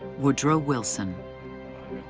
woodrow wilson